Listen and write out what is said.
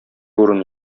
урын